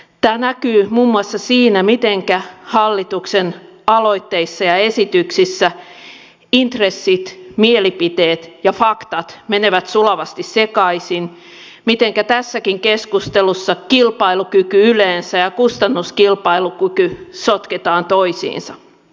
tämä näkyy muun muassa siinä mitenkä hallituksen aloitteissa ja esityksissä intressit mielipiteet ja faktat menevät sulavasti sekaisin mitenkä tässäkin keskustelussa kilpailukyky yleensä ja kustannuskilpailukyky sotketaan toisiinsa